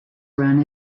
run